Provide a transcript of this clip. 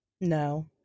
no